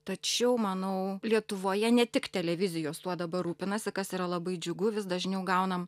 tačiau manau lietuvoje ne tik televizijos tuo dabar rūpinasi kas yra labai džiugu vis dažniau gaunam